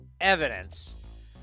evidence